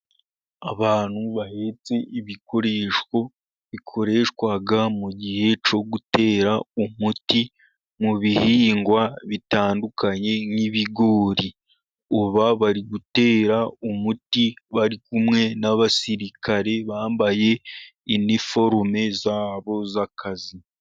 Abantu bahetse ibikoresho bikoreshwa mu gihe cyo gutera umuti mu bihingwa bitandukanye, nk'ibigori, aba bari gutera umuti bari kumwe n'abasirikari, bambaye iniforume zabo z'akazi.